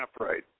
upright